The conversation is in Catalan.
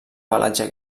pelatge